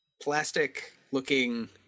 Plastic-looking